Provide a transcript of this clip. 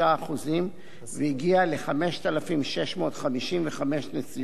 והגיע ל-5,655 נסיעות ביום חול,